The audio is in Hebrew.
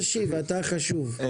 אתה החשוב.